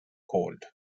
cold